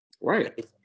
Right